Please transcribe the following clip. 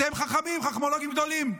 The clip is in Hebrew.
אתם חכמים, חכמולוגים גדולים.